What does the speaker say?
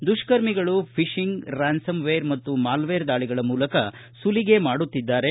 ದುಷ್ಕರ್ಮಿಗಳು phishing ransomware malware ಮಾಲ್ವೇರ್ ದಾಳಿಗಳ ಮೂಲಕ ಸುಲಿಗೆ ಮಾಡುತ್ತಿದ್ದಾರೆ